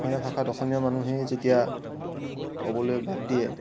অসমীয়া ভাষাত অসমীয়া মানুহেই যেতিয়া ক'বলৈ বাদ দিয়ে